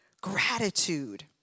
gratitude